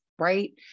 right